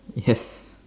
yes